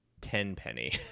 Tenpenny